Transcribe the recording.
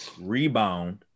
rebound